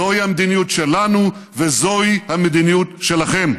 זוהי המדיניות שלנו וזוהי המדיניות שלכם.